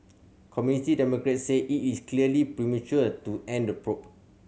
Committee Democrats say it is clearly premature to end the probe